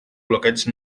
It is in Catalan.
bloqueig